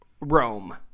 Rome